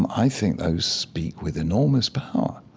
i think those speak with enormous power.